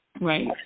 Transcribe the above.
Right